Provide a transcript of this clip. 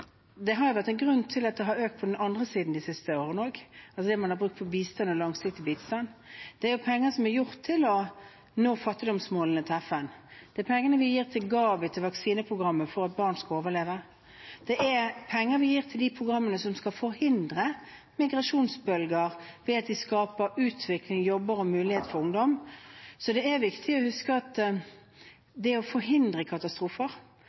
det har økt på den andre siden de siste årene også, altså det man har brukt på bistand og langsiktig bistand. Det er penger som har bidratt til å nå fattigdomsmålene til FN. De pengene vi gir til GAVI, til vaksineprogrammet for at barn skal overleve, er penger vi gir for å forhindre migrasjonsbølger ved at de skaper utvikling, jobber og mulighet for ungdom. Det er viktig å huske at for å forhindre nye, store katastrofer